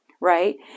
right